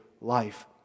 life